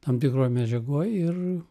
tam tikroj medžiagoj ir